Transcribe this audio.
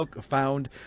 found